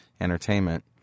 entertainment